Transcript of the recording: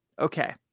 Okay